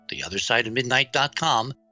theothersideofmidnight.com